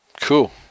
Cool